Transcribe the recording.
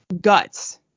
guts